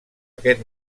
aquest